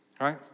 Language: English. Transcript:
right